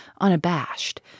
unabashed